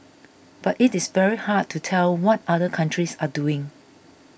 but it is very hard to tell what other countries are doing